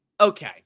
okay